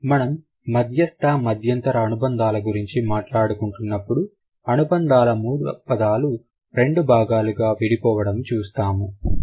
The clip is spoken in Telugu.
మనము మధ్యస్థ మద్యంతర అనుబంధాల గురించి మాట్లాడుకుంటున్నప్పుడు అనుబంధాల మూల పదాలు రెండు విభాగాలుగా విడిపోవడం చూస్తాం